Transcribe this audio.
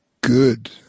good